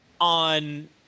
on